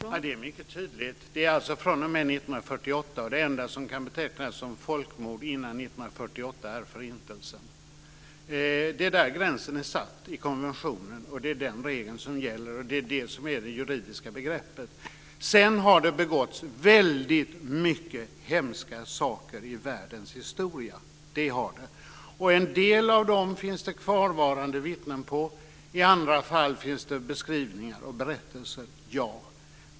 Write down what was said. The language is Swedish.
Fru talman! Det är mycket tydligt. Detta gäller alltså fr.o.m. 1948. Det enda som kan betecknas som folkmord före 1948 är Förintelsen. Det är där gränsen är satt i konventionen, och det är den regeln som gäller. Det är det som är det juridiska begreppet. Sedan har det begåtts väldigt mycket hemska saker i världens historia. Och när det gäller en del av dem finns det kvarvarande vittnen. I andra fall finns det beskrivningar och berättelser.